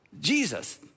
Jesus